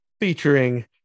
featuring